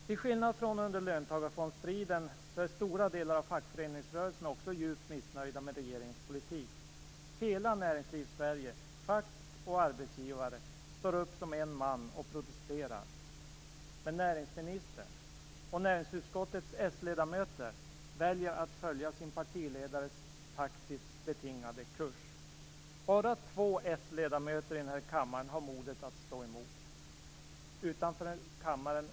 Till skillnad från under löntagarfondsstriden är stora delar av fackföreningsrörelsen också djupt missnöjd med regeringens politik. Hela Näringslivssverige, fack och arbetsgivare, står upp som en man och protesterar. Men näringsministern och näringsutskottets s-ledamöter väljer att följa sin partiledares taktiskt betingade kurs. Bara två s-ledamöter i denna kammare har modet att stå emot.